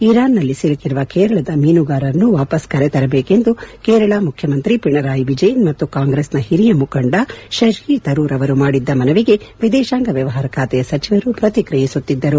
Iran ನಲ್ಲಿ ಸಿಲುಕಿರುವ ಕೇರಳ ಮೀನುಗಾರರನ್ನು ವಾಪಸ್ ಕರೆತರಬೇಕೆಂದು ಕೇರಳ ಮುಖ್ಚಮಂತ್ರಿ ಪಿಣರಾಯ್ ವಿಜಯನ್ ಮತ್ತು ಕಾಂಗ್ರೆಸ್ ನ ಹಿರಿಯ ಮುಖಂಡ ಶಶಿ ತರೂರ್ ಅವರು ಮಾಡಿದ್ದ ಮನವಿಗೆ ವಿದೇಶಾಂಗ ವ್ಲವಹಾರ ಬಾತೆಯ ಸಚಿವರು ಪ್ರತಿಕ್ರಿಯಿಸುತ್ತಿದ್ದರು